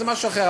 זה משהו אחר,